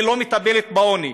והיא לא מטפלת בעוני.